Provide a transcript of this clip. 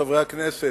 חברי הכנסת,